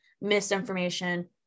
misinformation